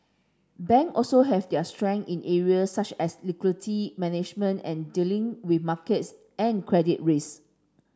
bank also have their strength in areas such as liquidity management and dealing with markets and credit risk